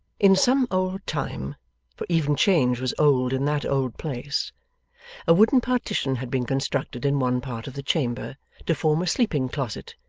in some old time for even change was old in that old place a wooden partition had been constructed in one part of the chamber to form a sleeping-closet,